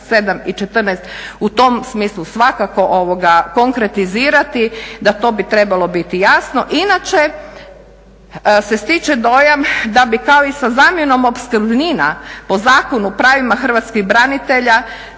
7. i 14. u tom smislu svakako konkretizirati, da to bi trebalo biti jasno inače se stiče dojam da bi kao i sa zamjenom opskrbnina po Zakonu o pravima Hrvatskih branitelja